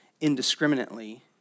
indiscriminately